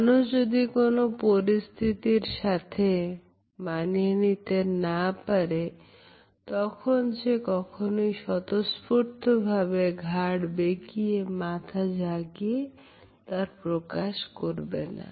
মানুষ যদি কোন পরিস্থিতির সাথে মানিয়ে নিতে না পারে তখন সে কখনোই স্বতঃস্ফূর্তভাবে ঘাড় বেঁকিয়ে মাথা ঝাঁকিয়ে তার প্রকাশ করবে না